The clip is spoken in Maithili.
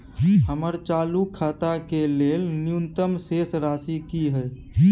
हमर चालू खाता के लेल न्यूनतम शेष राशि की हय?